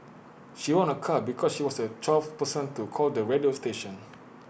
she won A car because she was A twelfth person to call the radio station